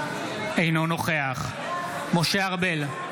אינו נוכח משה ארבל,